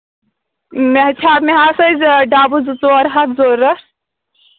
مےٚ حظ چھِ مےٚ ہَسا ٲسۍ ڈَبہٕ زٕ ژور حظ ضوٚرَتھ